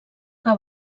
que